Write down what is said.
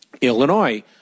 Illinois